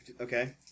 Okay